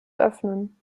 öffnen